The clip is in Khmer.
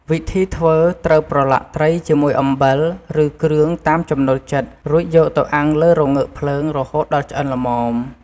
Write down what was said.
វិធីធ្វើ ត្រូវប្រឡាក់ត្រីជាមួយអំបិល ឬគ្រឿងតាមចំណូលចិត្ត រួចយកទៅអាំងលើរងើកភ្លើង រហូតដល់ឆ្អិនល្មម។